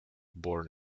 born